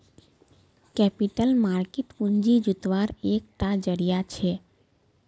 capital market पूँजी जुत्वार एक टा ज़रिया छे